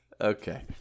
Okay